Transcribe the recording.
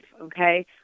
okay